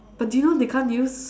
but do you know they can't use